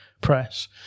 press